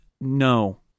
no